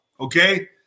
okay